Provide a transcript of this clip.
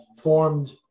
formed